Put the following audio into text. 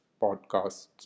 podcasts